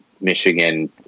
michigan